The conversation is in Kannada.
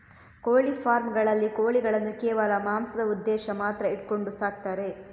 ಕೋಳಿ ಫಾರ್ಮ್ ಗಳಲ್ಲಿ ಕೋಳಿಗಳನ್ನು ಕೇವಲ ಮಾಂಸದ ಉದ್ದೇಶ ಮಾತ್ರ ಇಟ್ಕೊಂಡು ಸಾಕ್ತಾರೆ